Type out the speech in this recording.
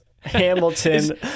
Hamilton